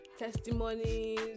testimonies